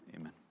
Amen